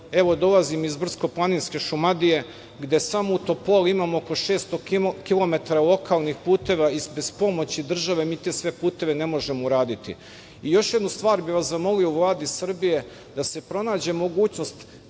evo dolazim iz brdsko-planinske Šumadije gde samo u Topoli imamo oko 600 kilometara lokalnih puteva i bez pomoći države mi sve te puteve ne možemo uraditi. Još jednu stvar bih vas zamolio, u Vladi Srbije da se pronađe mogućnost